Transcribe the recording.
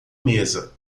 mesa